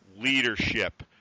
leadership